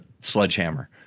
sledgehammer